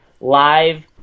live